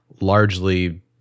largely